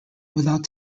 without